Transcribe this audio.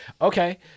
okay